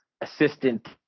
assistant